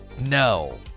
No